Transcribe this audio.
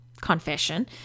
confession